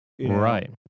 Right